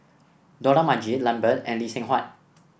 Dollah Majid Lambert and Lee Seng Huat